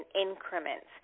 increments